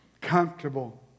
comfortable